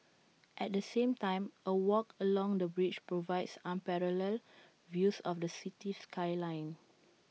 at the same time A walk along the bridge provides unparalleled views of the city skyline